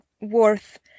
worth